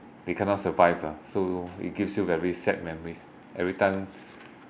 they cannot survive ah so it gives you very sad memories every time